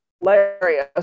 hilarious